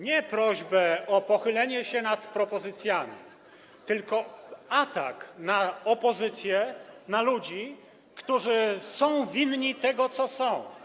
Nie prośbę o pochylenie się nad propozycjami, tylko atak na opozycję, na ludzi, którzy są winni tego, co są.